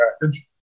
package